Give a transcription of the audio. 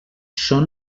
són